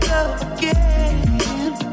again